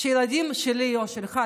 כשהילדים שלי או שלך,